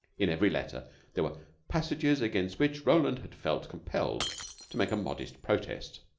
in every letter there were passages against which roland had felt compelled to make a modest protest.